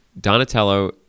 Donatello